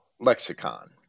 lexicon